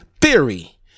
theory